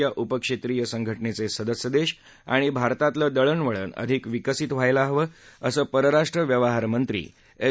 या उपक्षेत्रिय संघटनेचे सदस्य देश आणि भारतातलं दळणवळ अधिक विकसित व्हायला हवं असं परराष्ट्र व्यवहारमंत्री एस